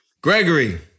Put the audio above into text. Gregory